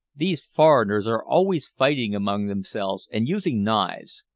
these foreigners are always fighting among themselves and using knives.